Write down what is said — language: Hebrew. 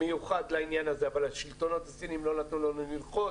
מיוחד לעניין הזה אבל השלטונות הסינים לא נתנו לנו לנחות.